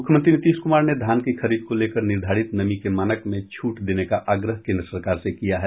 मुख्यमंत्री नीतीश कुमार ने धान की खरीद को लेकर निर्धारित नमी के मानक में छूट देने का आग्रह केन्द्र सरकार से किया है